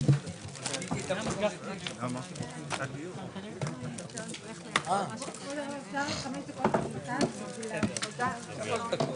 הישיבה ננעלה בשעה 12:29.